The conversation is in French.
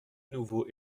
nouveau